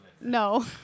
No